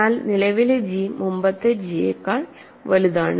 എന്നാൽ നിലവിലെ ജി മുമ്പത്തെ ജി യേക്കാൾ വലുതാണ്